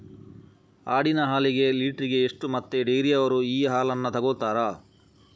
ಆಡಿನ ಹಾಲಿಗೆ ಲೀಟ್ರಿಗೆ ಎಷ್ಟು ಮತ್ತೆ ಡೈರಿಯವ್ರರು ಈ ಹಾಲನ್ನ ತೆಕೊಳ್ತಾರೆ?